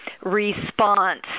response